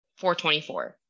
424